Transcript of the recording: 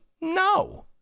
no